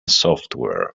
software